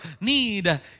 need